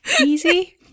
Easy